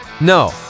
No